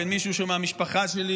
בין מישהו שהוא מהמשפחה שלי